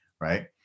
Right